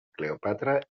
cleòpatra